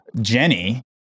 Jenny